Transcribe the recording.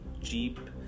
jeep